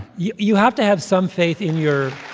you you have to have some faith in your.